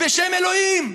בשם אלוקים.